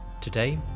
Today